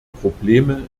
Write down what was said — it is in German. probleme